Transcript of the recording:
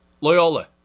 Loyola